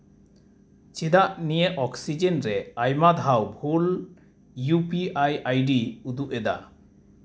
ᱪᱮᱫᱟᱜ ᱱᱤᱭᱟᱹ ᱚᱠᱥᱤᱡᱮᱱ ᱨᱮ ᱟᱭᱢᱟ ᱫᱷᱟᱣ ᱵᱷᱩᱞ ᱤᱭᱩ ᱯᱤ ᱟᱭ ᱟᱭ ᱰᱤ ᱨᱮ ᱩᱫᱩᱜ ᱮᱫᱟ